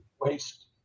waste